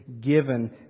given